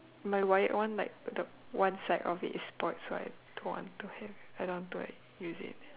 my wired one like the one side of it is spoiled so I don't want to have I don't want to like use it